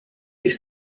des